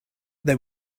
they